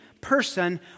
person